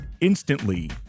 instantly